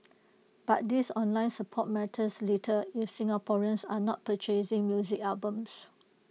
but this online support matters little if Singaporeans are not purchasing music albums